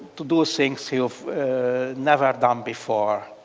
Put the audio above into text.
to do things you've never done before.